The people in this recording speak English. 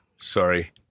Sorry